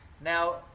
Now